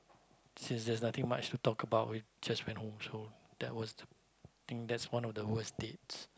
since there's nothing much to talk about we just went home so that was think that's one of the worst dates